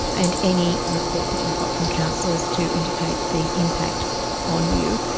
and any report that you've got from counsellors to indicate the impact on you.